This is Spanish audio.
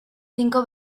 cinco